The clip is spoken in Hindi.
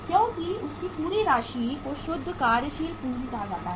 क्योंकि उनकी पूरी राशि को शुद्ध कार्यशील पूंजी कहा जाता है